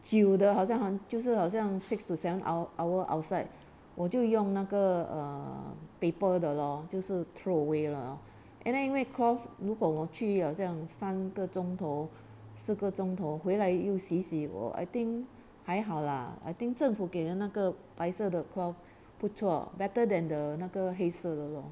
久的好像还好像就是好像 six to seven hours outside 我就用那个 err paper 的咯就是 throw away lah and then 因为 cloth 如果我去好像三个钟头四个钟头回来又洗洗 I think 还好啦 I think 政府给的那个白色的 cloth 不错 better than the 那个黑色的咯